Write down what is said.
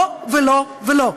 לא ולא ולא.